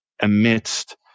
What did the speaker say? amidst